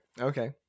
Okay